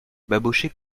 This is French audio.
babochet